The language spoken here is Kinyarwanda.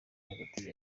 hagati